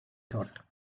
thought